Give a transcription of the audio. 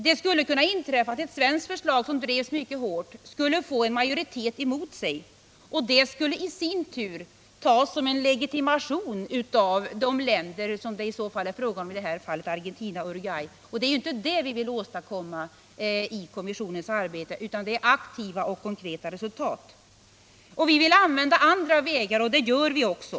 Det skulle kunna inträffa att ett svenskt förslag, som drevs mycket hårt, skulle få en majoritet emot sig, och det skulle i sin tur tas som en legitimation av de länder som det är fråga om i detta fall, Argentina och Uruguay — och det är inte det som vi vill åstadkomma i kommissionens arbete utan vi vill nå positiva och konkreta resultat. Vi vill använda andra vägar, och det gör vi också.